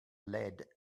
lead